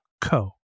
co